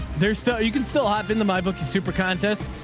there's stuff you can still have in the, my book and super contest.